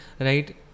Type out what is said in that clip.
right